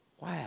Wow